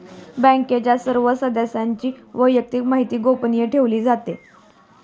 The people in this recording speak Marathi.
बँकेच्या सर्व सदस्यांची वैयक्तिक माहिती गोपनीय ठेवली जाते